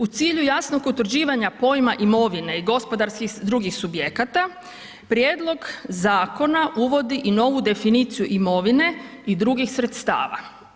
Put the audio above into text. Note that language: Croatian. U cilju jasnog utvrđivanja pojma imovine i gospodarskih drugih subjekata Prijedlog zakona uvodi i novu definiciju imovine i drugih sredstava.